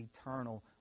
eternal